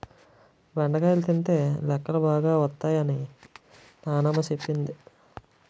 బెండకాయ తినితే లెక్కలు బాగా వత్తై అని నానమ్మ సెప్పింది